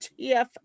TF